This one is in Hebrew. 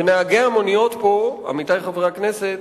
ונהגי המוניות פה, עמיתי חברי הכנסת,